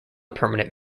permanent